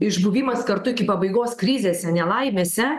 išbuvimas kartu iki pabaigos krizėse nelaimėse